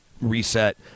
reset